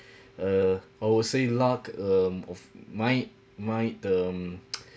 uh I would say luck um of my my um